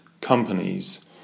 companies